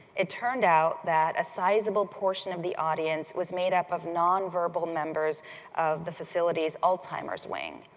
it turned out that a sizeable portion of the audience was made up of nonverbal members of the facility's alzheimer's wing.